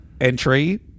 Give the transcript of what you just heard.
entry